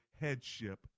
headship